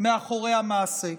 מאחורי המעשה.